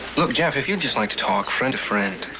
look, jeff, if you'd just like to talk, friend to friend.